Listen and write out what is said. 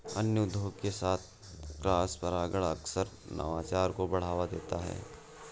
अन्य उद्योगों के साथ क्रॉसपरागण अक्सर नवाचार को बढ़ावा देता है